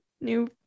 New